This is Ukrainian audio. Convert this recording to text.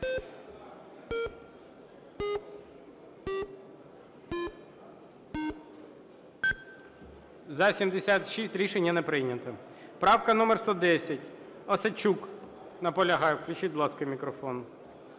За-76 Рішення не прийнято. Правка номер 110. Осадчук наполягає. Включіть, будь ласка, мікрофон.